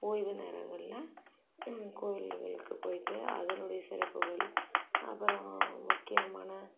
ஓய்வு நேரங்களில் கோவில்களுக்கு போய்ட்டு அதனுடைய சிறப்புகள் அப்புறம் முக்கியமான